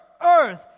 earth